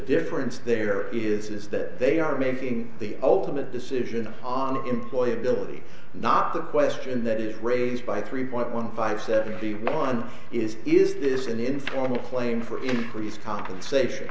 difference there is that they are making the ultimate decision on employee ability not the question that is raised by three point one five seventy one is is this an informal claim for increased compensation